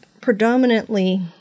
predominantly